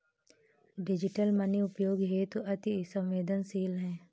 digital money उपयोग हेतु अति सवेंदनशील है